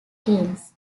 games